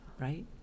right